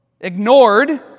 ignored